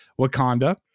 Wakanda